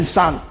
son